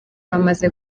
bamaze